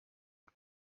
und